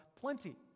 plenty